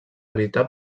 evitar